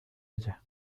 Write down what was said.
ella